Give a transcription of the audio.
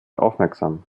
aufmerksam